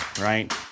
right